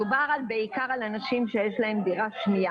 מדובר בעיקר על אנשים שיש להם דירה שנייה